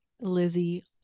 Lizzie